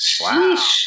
Wow